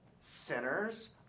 sinners